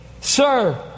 Sir